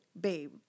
babe